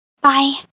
Bye